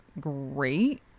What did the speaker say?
great